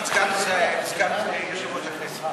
גם החנופה שלך לא תביא אותך לתפקיד סגן יושב-ראש הכנסת.